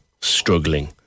struggling